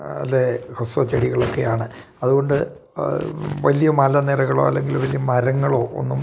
ല്ല ഹൃസ്വ ചെടികൾ ഒക്കെയാണ് അതുകൊണ്ട് വലിയ മലനിരകളോ അല്ലെങ്കിൽ വലിയ മരങ്ങളോ ഒന്നും